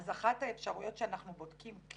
אז אחת האפשרויות שאנחנו בודקים,